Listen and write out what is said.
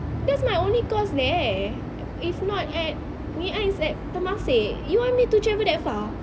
that's my only course there if not at ngee ann it's at temasek you want me to travel that far